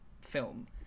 film